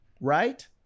Right